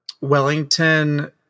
Wellington